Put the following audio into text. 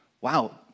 wow